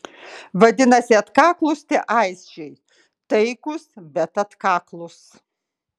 vadinasi atkaklūs tie aisčiai taikūs bet atkaklūs